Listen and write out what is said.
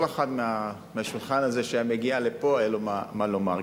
כל אחד מהשולחן הזה שהיה מגיע לפה היה לו מה לומר,